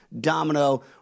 Domino